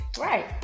Right